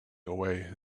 away